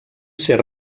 ser